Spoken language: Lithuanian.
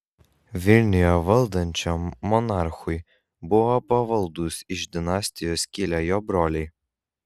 vilniuje valdančiam monarchui buvo pavaldūs iš dinastijos kilę jo broliai